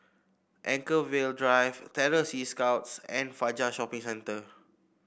Anchorvale Drive Terror Sea Scouts and Fajar Shopping Centre